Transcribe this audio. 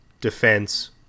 defense